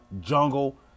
Jungle